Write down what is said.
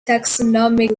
taxonomic